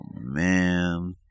man